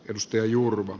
risto juurmaa